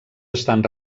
estan